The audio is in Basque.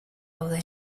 gaude